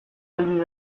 helbide